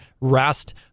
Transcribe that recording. rest